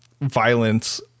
violence